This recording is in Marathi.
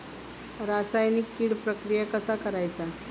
रासायनिक कीड प्रक्रिया कसा करायचा?